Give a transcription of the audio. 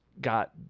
got